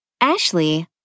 Ashley